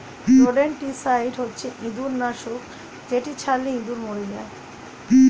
rodenticide হচ্ছে ইঁদুর নাশক যেটি ছড়ালে ইঁদুর মরে যায়